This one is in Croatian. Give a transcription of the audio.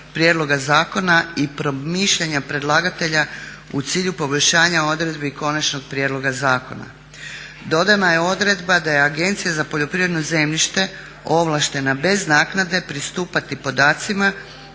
prijedloga zakona i promišljanja predlagatelja u cilju poboljšanja odredbi konačnog prijedloga zakona. Dodana je odredba da je Agencija za poljoprivredno zemljište ovlaštena bez naknade pristupati podacima